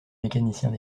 mécaniciens